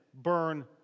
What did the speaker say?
burn